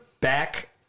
back